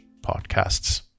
podcasts